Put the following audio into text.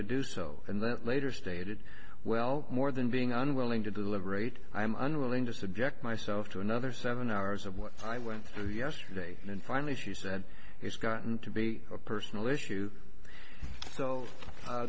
to do so and then later stated well more than being unwilling to deliberate i am unwilling to subject myself to another seven hours of what i went through yesterday and finally she said it's gotten to be a personal issue so